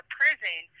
prison